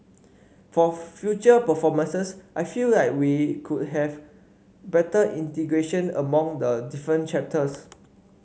for future performances I feel like we could have better integration among the different chapters